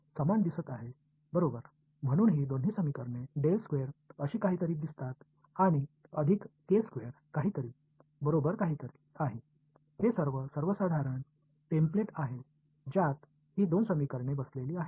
समान दिसत आहे बरोबर म्हणून ही दोन्ही समीकरणे अशी काहीतरी दिसतात आणि अधिक काहीतरी बरोबर काहीतरी आहे हे असे सर्वसाधारण टेम्पलेट आहे ज्यात हि दोन समीकरणे बसलेली आहेत